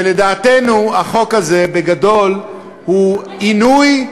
לדעתנו, החוק הזה בגדול הוא עינוי,